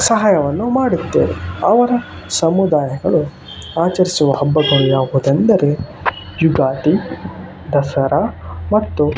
ಸಹಾಯವನ್ನು ಮಾಡುತ್ತೇವೆ ಅವರ ಸಮುದಾಯಗಳು ಆಚರಿಸುವ ಹಬ್ಬಗಳು ಯಾವುದೆಂದರೆ ಯುಗಾದಿ ದಸರಾ ಮತ್ತು